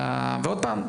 ועוד פעם,